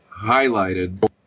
highlighted